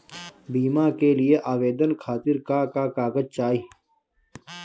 बीमा के लिए आवेदन खातिर का का कागज चाहि?